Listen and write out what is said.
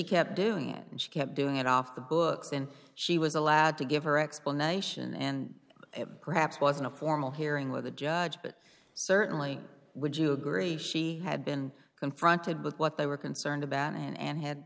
kept doing it and she kept doing it off the books and she was allowed to give her explanation and perhaps wasn't a formal hearing with the judge but certainly would you agree she had been confronted with what they were concerned about and had